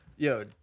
Yo